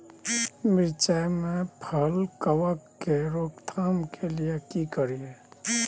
मिर्चाय मे फल छेदक के रोकय के लिये की करियै?